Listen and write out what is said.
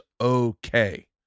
okay